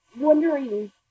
wondering